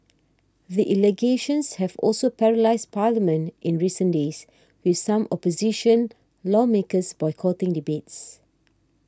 the allegations have also paralysed parliament in recent days with some opposition lawmakers boycotting debates